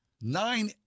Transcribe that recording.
Nine